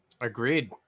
Agreed